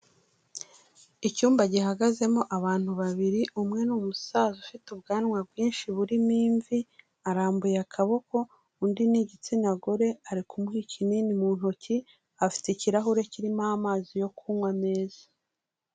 Icyumba gihagazemo abantu babiri umwe ni umusaza ufite ubwanwa bwinshi burimo imvi, arambuye akaboko undi n'igitsina gore ari kumuha ikinini mu ntoki afite ikirahure kirimo amazi yo kunywa meza.